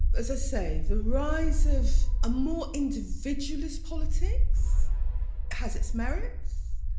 as i say the rise of a more individualist politics has its merits,